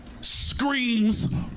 screams